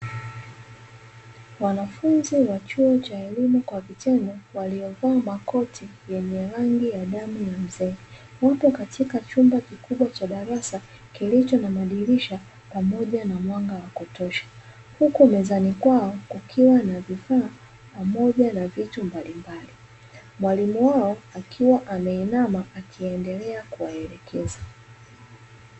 Wanafunzi wa chuo cha elimu kwa vitendo, waliovaa makoti yenye rangi ya damu ya mzee, wapo katika chumba kikubwa cha darasa kilicho na madirisha pamoja na mwanga wa kutosha, huku mezani kwao kukiwa na vifaa pamoja na vitu mbalimbali mwalimu wao akiwa ameinama, akiendelea kuwaelekeza.